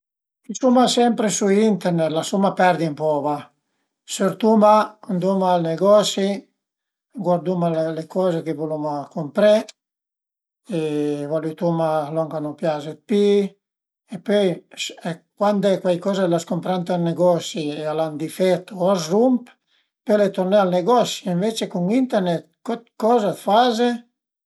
I suma sempre sü Internet, lasuma perdi ën poch va, sörtuma, anduma al nëgosi, guarduma le coze che vuluma cumpré e valütuma lon ch'a nu pias d'pi e pöi cuand cuaicoza l'as cumprà ënt ün negosi al an ün difèt o a s'rump pöle turné al negosi, ënvece cun Internet, co coza t'faze?